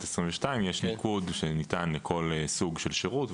2022 יש ניקוד שניתן לכל סוג של שירות,